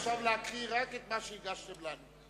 עכשיו להקריא רק את מה שהגשתם לנו.